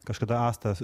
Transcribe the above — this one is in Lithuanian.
kažkada asta